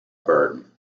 burton